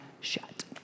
shut